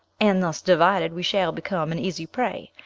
and thus divided we shall become an easy prey.